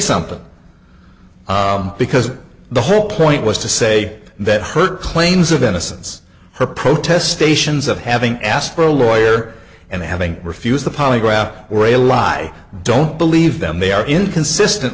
something because the whole point was to say that her claims of innocence her protestations of having asked for a lawyer and having refused the polygraph were a lie don't believe them they are inconsistent